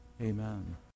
Amen